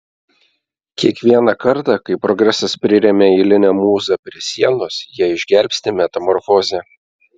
kiekvieną kartą kai progresas priremia eilinę mūzą prie sienos ją išgelbsti metamorfozė